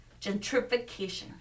gentrification